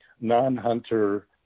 non-hunter